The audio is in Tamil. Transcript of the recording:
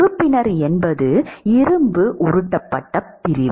உறுப்பினர் என்பது இரும்பு உருட்டப்பட்ட பிரிவு